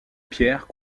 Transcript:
pierres